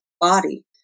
body